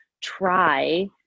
try